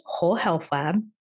wholehealthlab